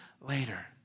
later